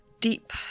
deep